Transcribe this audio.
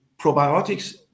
probiotics